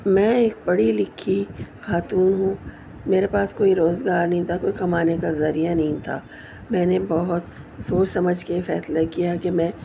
میں ایک پڑھی لکھی خاتون ہوں میرے پاس کوئی روزگار نہیں تھا کوئی کمانے کا ذریعہ نہیں تھا میں نے بہت سوچ سمجھ کے یہ فیصلہ کیا کہ میں